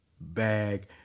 bag